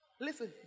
Listen